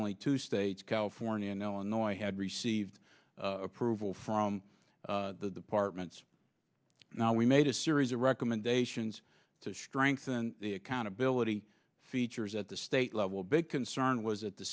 only two states california and illinois had received approval from the department now we made a series of recommendations to strengthen the accountability features at the state level big concern was at the